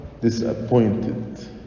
disappointed